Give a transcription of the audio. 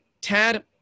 Tad